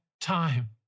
time